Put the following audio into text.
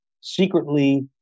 secretly